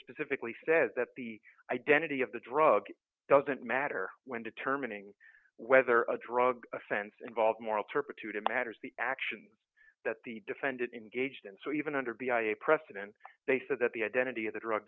specifically said that the identity of the drug doesn't matter when determining whether a drug offense involves moral turpitude it matters the action that the defendant engaged in so even under beyond a precedent they said that the identity of the drug